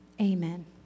Amen